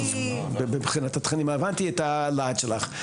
מבחינת התכנים הבנתי את הלהט שלך,